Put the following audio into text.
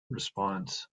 response